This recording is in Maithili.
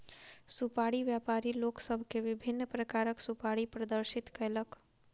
सुपाड़ी व्यापारी लोक सभ के विभिन्न प्रकारक सुपाड़ी प्रदर्शित कयलक